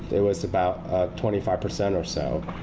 it was about twenty five percent or so.